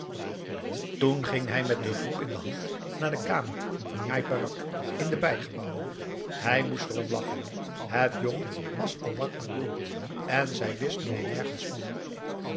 toen ging hij met de groep in de hand naar de kamer van njai peraq in de bijgebouwen hij moest erom lachen het jong was al lang aan boord en zij wist nog nergens van